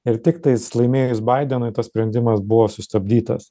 ir tiktais laimėjus baidenui tas sprendimas buvo sustabdytas